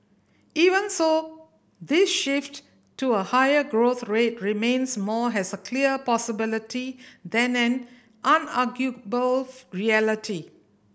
even so this shift to a higher growth rate remains more has a clear possibility than an unarguable reality